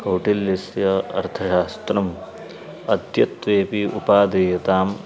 कौटिल्यस्य अर्थशास्त्रम् अद्यत्वेऽपि उपादेयताम्